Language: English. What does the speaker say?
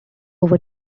over